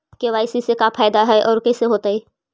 KYC से का फायदा है और कैसे होतै?